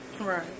Right